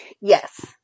yes